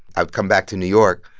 i would come back to new york.